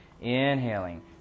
Inhaling